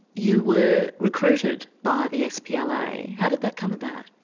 you were recruited by the spla how did that come about?